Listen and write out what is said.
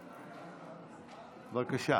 בבקשה.